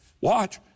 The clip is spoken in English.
watch